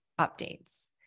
updates